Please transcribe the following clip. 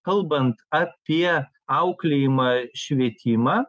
kalbant apie auklėjimą švietimą